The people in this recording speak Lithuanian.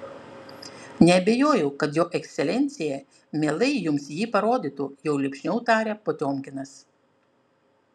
neabejoju kad jo ekscelencija mielai jums jį parodytų jau lipšniau tarė potiomkinas